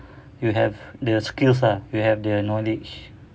you have the skills ah you have the knowledge